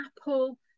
apple